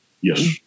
Yes